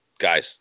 guys